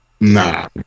Nah